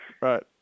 right